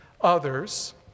others